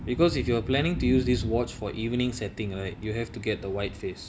because if you are planning to use this watch for evening setting right you have to get the white face